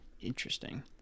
interesting